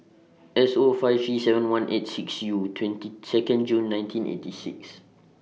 S O five three seven one eight six U twenty Second June nineteen eighty six